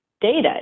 data